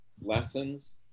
lessons